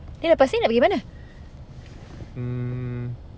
eh lepas ni nak pergi mana